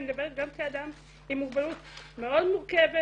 אני מדברת גם כאדם עם מוגבלות מאוד מורכבת